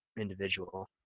individual